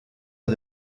est